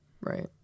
Right